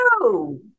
No